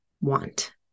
want